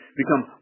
become